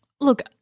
Look